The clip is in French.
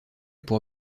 pour